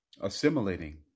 assimilating